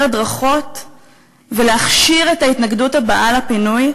הדרכות ולהכשיר את ההתנגדות הבאה לפינוי,